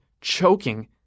choking